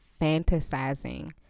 fantasizing